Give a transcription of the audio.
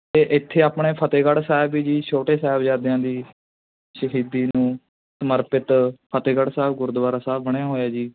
ਅਤੇ ਇੱਥੇ ਆਪਣੇ ਫਤਿਹਗੜ੍ਹ ਸਾਹਿਬ ਵੀ ਜੀ ਛੋਟੇ ਸਾਹਿਬਜ਼ਾਦਿਆਂ ਦੀ ਸ਼ਹੀਦੀ ਨੂੰ ਸਮਰਪਿਤ ਫਤਿਹਗੜ੍ਹ ਸਾਹਿਬ ਗੁਰਦੁਆਰਾ ਸਾਹਿਬ ਬਣਿਆ ਹੋਇਆ ਜੀ